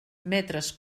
metres